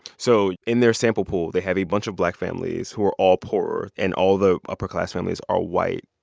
so in their sample pool, they have a bunch of black families who are all poor. and all the upper-class families are white.